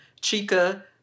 Chica